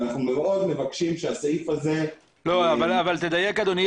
אנחנו מאוד מבקשים שהסעיף הזה- -- תדייק, אדוני.